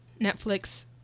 Netflix